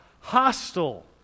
hostile